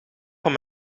van